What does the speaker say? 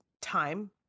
time